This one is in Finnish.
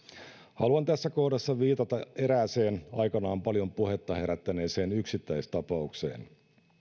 haluan tässä kohdassa viitata erääseen aikanaan paljon puhetta herättäneeseen yksittäistapaukseen